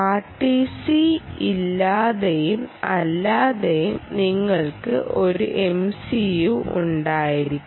RTC ഇല്ലാതെയും അല്ലാതെയും നിങ്ങൾക്ക് ഒരു MCU ഉണ്ടായിരിക്കാം